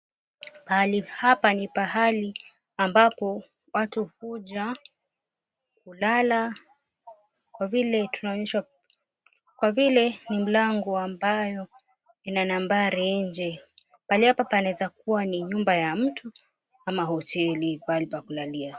Pahali hapa ni pahali ambapo watu huja kulala kwa vile ni mlango ambayo ina nambari inje. Pahali hapa panaweza kuwa ni Nyumba ya mtu ama hoteli pahali pa kulalia.